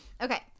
okay